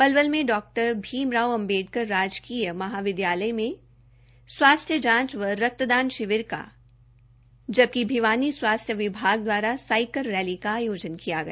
पलवल में डॉ भीम राव अम्बेडकर राजकीय महाविद्यालय में स्वास्थ्य जांच व रक्तदान शिविर का जबकि भिवानी स्वास्थ्य विभाग दवारा साईकिल रैली का आयोजन किया गया